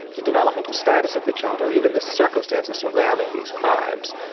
the developmental status of the child or even the circumstances surrounding these crimes,